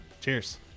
cheers